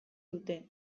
dute